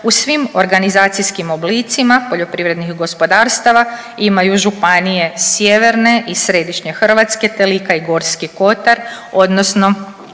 u svim organizacijskim oblicima poljoprivrednih gospodarstava imaju županije sjeverne i središnje Hrvatske te Lika i Gorski kotar odnosno